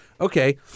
okay